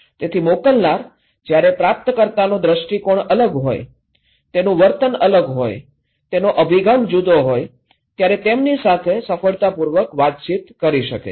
તેથી મોકલનાર જયારે પ્રાપ્તકર્તાનો દ્રષ્ટિકોણ અલગ હોય તેનું વર્તન અલગ હોય તેનો અભિગમ જુદો હોય ત્યારે તેમની સાથે સફળતાપૂર્વક વાતચીત કરી શકે છે